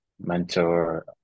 mentor